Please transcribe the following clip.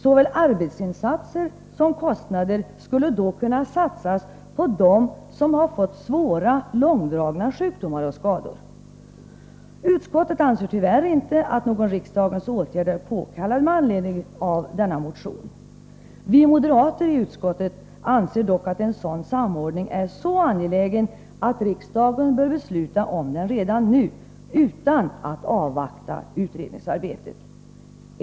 Såväl arbetsinsatser som kostnader skulle då kunna satsas på dem som har fått svåra, långdragna sjukdomar och skador. Utskottet anser tyvärr inte att någon riksdagens åtgärd är påkallad med anledning av motionen. Vi moderater i utskottet anser dock att en sådan samordning är så angelägen att riksdagen bör besluta om den redan nu, utan att avvakta utredningsarbetet.